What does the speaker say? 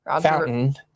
fountain